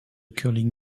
curling